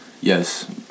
yes